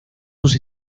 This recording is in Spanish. sus